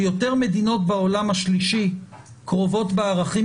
שיותר מדינות בעולם השלישי קרובות בערכים